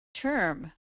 term